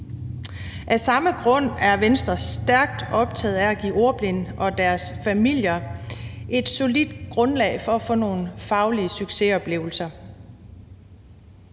Af samme grund er Venstre stærkt optaget af at give ordblinde og deres familier et solidt grundlag for at få nogle faglige succesoplevelser.